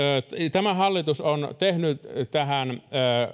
tämä hallitus on tehnyt